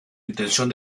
intención